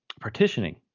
partitioning